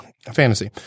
Fantasy